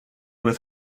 with